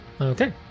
Okay